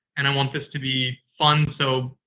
and i want this to be fun. so,